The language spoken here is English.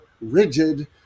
rigid